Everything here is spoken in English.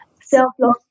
self-love